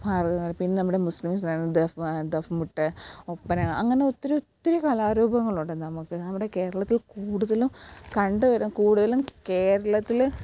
മാർഗംകളി പിന്നെ നമ്മുടെ മുസ്ലിംസിനായിരുന്നു ദഫ് ദഫ്മുട്ട് ഒപ്പന അങ്ങനെ ഒത്തിരി ഒത്തിരി കലാരൂപങ്ങളുണ്ട് നമുക്ക് നമ്മുടെ കേരളത്തിൽ കൂടുതലും കണ്ടുവരുന്ന കൂടുതലും കേരളത്തിൽ